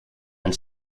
and